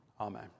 amen